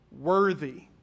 worthy